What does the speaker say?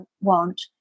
want